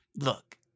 Look